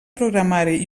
programari